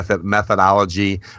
methodology